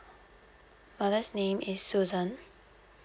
mother's name is susan